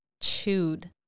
chewed